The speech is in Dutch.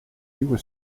nieuwe